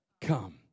come